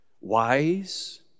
Wise